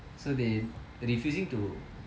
so they refusing to